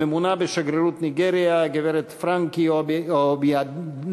הממונה בשגרירות ניגריה גברת פרנקי אוביאנג'ה,